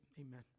amen